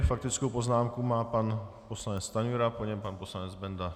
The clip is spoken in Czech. Faktickou poznámku má pan poslanec Stanjura, po něm pan poslanec Benda.